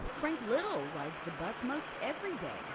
frank little rides the bus most every day.